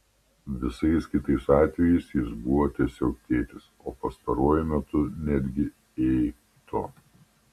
visais kitais atvejais jis buvo tiesiog tėtis o pastaruoju metu netgi ei tu